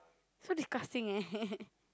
so disgusting eh